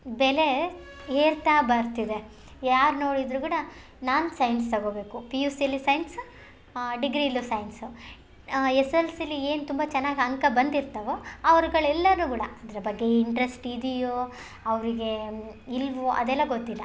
ಬೆಲೆ ಏರ್ತಾ ಬರ್ತಿದೆ ಯಾರು ನೋಡಿದರೂ ಕೂಡ ನಾನು ಸೈನ್ಸ್ ತಗೋಬೇಕು ಪಿ ಯು ಸಿಯಲ್ಲಿ ಸೈನ್ಸ್ ಡಿಗ್ರಿಲೂ ಸೈನ್ಸು ಎಸ್ ಎಲ್ ಸಿ ಲೀ ಏನು ತುಂಬ ಚೆನ್ನಾಗ್ ಅಂಕ ಬಂದಿರ್ತವೊ ಅವ್ರುಗಳೆಲ್ಲನೂ ಕೂಡ ಅದರ ಬಗ್ಗೆ ಇಂಟ್ರಸ್ಟ್ ಇದೀಯೋ ಅವರಿಗೇ ಇಲ್ಲವೋ ಅದೆಲ್ಲ ಗೊತ್ತಿಲ್ಲ